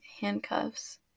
handcuffs